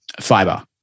fiber